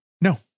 No